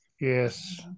Yes